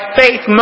faith